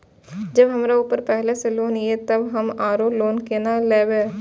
जब हमरा ऊपर पहले से लोन ये तब हम आरो लोन केना लैब?